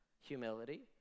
Humility